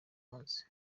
munsi